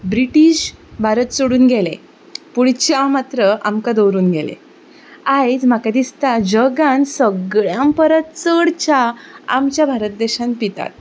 British Bharat सोडून गेले पूण च्या मात्र आमकां दवरून गेले आयज म्हाका दिसता जगान सगळ्यां परस चड च्या आमच्या भारत देशान पितात